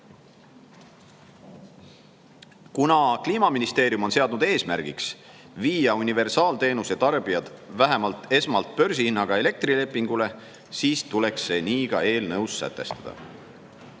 Kuna KM on seadnud eesmärgiks viia universaalteenuse tarbijad vähemalt esmalt börsihinnaga elektrilepingule, siis tuleks see nii ka eelnõus sätestada.